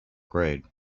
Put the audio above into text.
grade